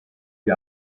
gli